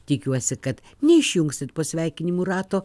tikiuosi kad neišjungsit po sveikinimų rato